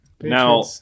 Now